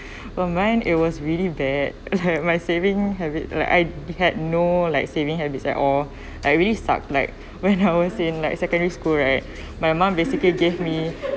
for mine it was really bad like my saving habit like I had no like saving habits at all I really suck like when I was in like secondary school right my mum basically gave me